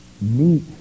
meet